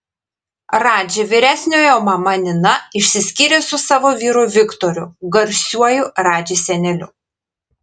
radži vyresniojo mama nina išsiskyrė su savo vyru viktoru garsiuoju radži seneliu